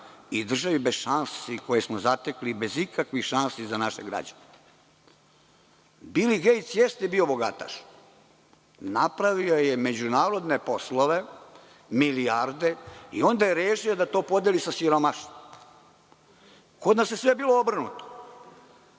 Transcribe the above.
i državi bez šansi, koju smo zatekli bez ikakvih šansi za naše građane. Bil Gejts jeste bio bogataš, napravio je međunarodne poslove, milijarde i onda je rešio da to podeli sa siromašnima. Kod nas jeste bilo obrnuto.